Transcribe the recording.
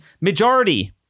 majority